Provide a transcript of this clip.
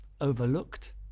overlooked